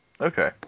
Okay